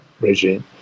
regime